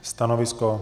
Stanovisko.